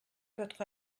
votre